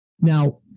now